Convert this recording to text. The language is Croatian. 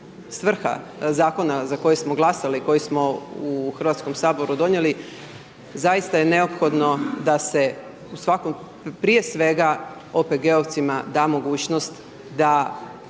svrha zakona za koji smo glasali, koji smo u Hrvatskom saboru donijeli, zaista je neophodno, da se prije svega OPG-ovcima da mogućnost da